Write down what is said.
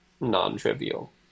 non-trivial